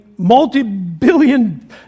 multi-billion